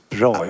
Bra